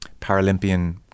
Paralympian